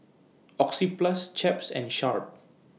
Oxyplus Chaps and Sharp